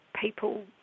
people